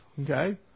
okay